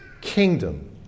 kingdom